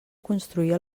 construir